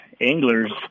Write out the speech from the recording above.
anglers